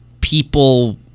people